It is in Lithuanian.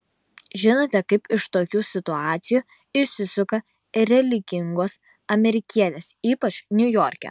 žinote kaip iš tokių situacijų išsisuka religingos amerikietės ypač niujorke